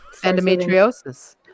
Endometriosis